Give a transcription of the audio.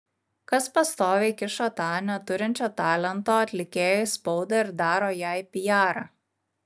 kas pastoviai kiša tą neturinčią talento atlikėją į spaudą ir daro jai pijarą